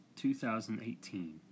2018